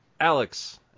Alex